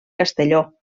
castelló